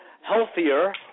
healthier